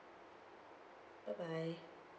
bye bye